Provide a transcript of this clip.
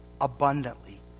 abundantly